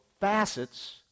facets